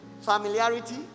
familiarity